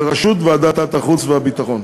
בראשות ועדת החוץ והביטחון.